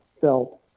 felt